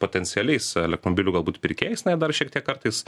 potencialiais elektromobilių galbūt pirkėjais na ir dar šiek tiek kartais